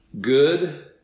good